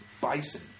bison